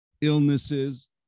illnesses